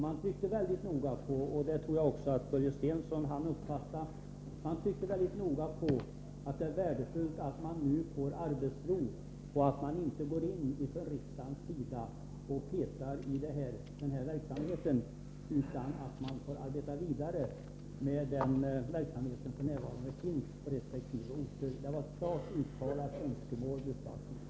Man tryckte mycket noga på — det tror jag också Börje Stensson hann uppfatta — att det är värdefullt att man nu får arbetsro, att riksdagen inte går in och petar i den här verksamheten utan att man nu får arbeta vidare med den verksamhet som f.n. finns på resp. orter. Det var ett klart uttalat önskemål vid uppvaktningen.